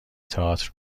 تئاتر